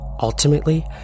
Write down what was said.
Ultimately